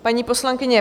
Paní poslankyně